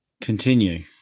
continue